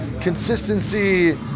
consistency